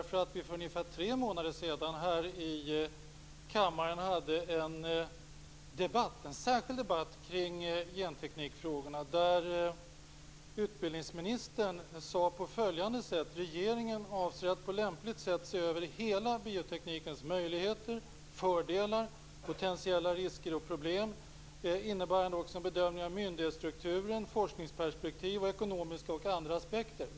För ungefär tre månader sedan hade vi här i kammaren en särskild debatt kring genteknikfrågorna, då utbildningsministern sade på följande sätt: Regeringen avser att på lämpligt sätt se över hela bioteknikens möjligheter, fördelar, potentiella risker och problem, innebärande också en bedömning av myndighetsstrukturen, forskningsperspektiv och ekonomiska och andra aspekter.